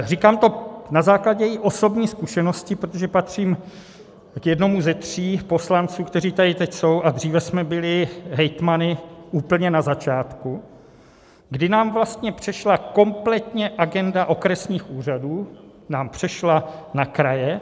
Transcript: Říkám to i na základě osobní zkušenosti, protože patřím k jednomu ze tří poslanců, kteří tady teď jsou, a dříve jsme byli hejtmany úplně na začátku, kdy k nám vlastně přešla kompletně agenda okresních úřadů, k nám na kraje.